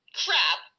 crap